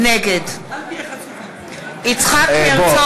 נגד יצחק הרצוג,